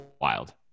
wild